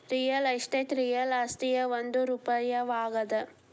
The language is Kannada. ರಿಯಲ್ ಎಸ್ಟೇಟ್ ರಿಯಲ್ ಆಸ್ತಿಯ ಒಂದು ರೂಪವಾಗ್ಯಾದ